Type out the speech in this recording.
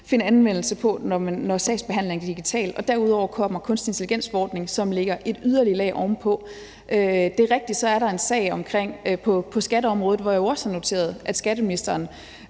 finde anvendelse, når sagsbehandlingen er digital. Derudover kommer kunstig intelligens-forordningen, som lægger et yderligere lag ovenpå. Det er rigtigt, at der så er en sag på skatteområdet, hvor jeg også har noteret, at skatteministeren